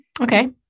okay